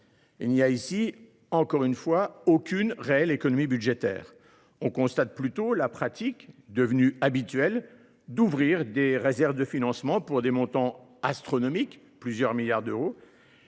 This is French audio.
Il n’y a ici, encore une fois, aucune économie budgétaire. On constate plutôt la pratique, devenue habituelle, d’ouvrir des réserves de financement pour des montants astronomiques – plusieurs milliards d’euros